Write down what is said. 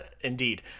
Indeed